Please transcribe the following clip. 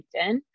LinkedIn